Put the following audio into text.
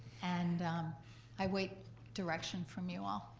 and i await direction from you all.